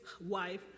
wife